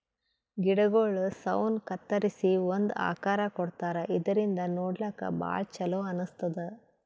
ಗಿಡಗೊಳ್ ಸೌನ್ ಕತ್ತರಿಸಿ ಒಂದ್ ಆಕಾರ್ ಕೊಡ್ತಾರಾ ಇದರಿಂದ ನೋಡ್ಲಾಕ್ಕ್ ಭಾಳ್ ಛಲೋ ಅನಸ್ತದ್